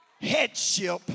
headship